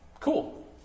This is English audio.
Cool